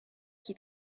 qui